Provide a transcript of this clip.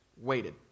waited